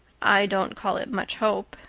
i don't call it much hope,